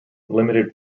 limited